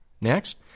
next